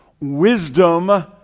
Wisdom